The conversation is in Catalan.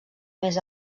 més